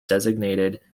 designated